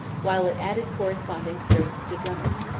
while it added corresponding strength to drummond.